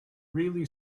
really